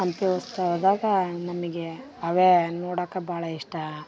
ಹಂಪಿ ಉತ್ಸವ್ದಾಗ ನಮಗೆ ಅವೆ ನೋಡೋಕೆ ಭಾಳ ಇಷ್ಟ